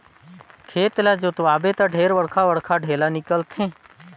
खेत ल जोतवाबे त ढेरे बड़खा बड़खा ढ़ेला निकलथे